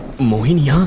mohini ah